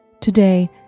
Today